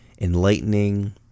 enlightening